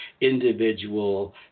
individual